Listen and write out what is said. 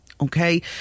Okay